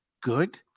good